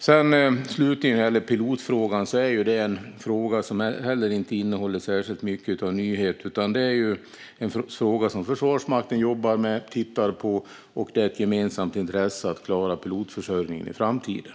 När det slutligen gäller pilotfrågan är det en fråga som inte heller innehåller särskilt mycket av nyheter. Det är en fråga som Försvarsmakten tittar på och jobbar med. Det är ett gemensamt intresse att klara pilotförsörjningen i framtiden.